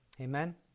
Amen